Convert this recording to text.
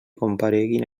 compareguin